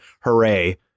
Hooray